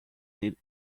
need